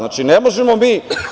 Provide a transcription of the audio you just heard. Ne možemo mi…